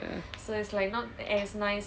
ya